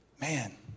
Man